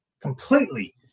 completely